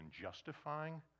justifying